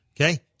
Okay